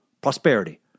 prosperity